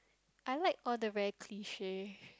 I like all the very cliche